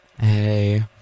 Hey